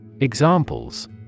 Examples